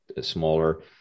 smaller